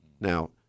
Now